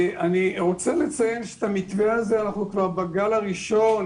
אני רוצה לציין שאת המתווה הזה אנחנו כבר בגל הראשון